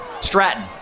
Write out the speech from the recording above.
Stratton